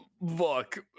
Look